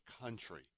country